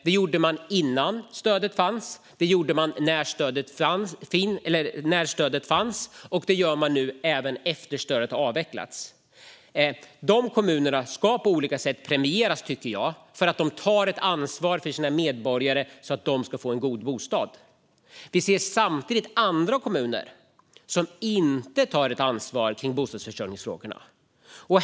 Det gjorde man innan stödet fanns, det gjorde man under den tid stödet fanns och det gör man även nu efter det att stödet har avvecklats. De kommunerna ska på olika sätt premieras för att de tar ett ansvar för sina medborgare så att de ska få en god bostad. Samtidigt kan vi se andra kommuner som inte tar ett ansvar i bostadsförsörjningsfrågorna.